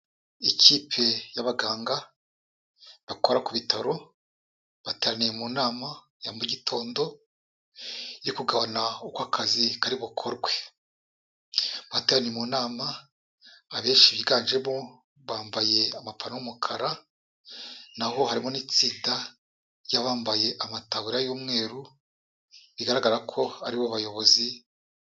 Ikipe y'abaganga bakora ku bitaro bateraniye mu nama ya mu gitondo yo kugabana uko akazi kari bukorwe. Abateraniye mu nama abenshi biganjemo bambaye amapantaro y'umukara na ho harimo n'itsinda ry'abambaye amataburiya y'umweru, bigaragara ko ari bo bayobozi,...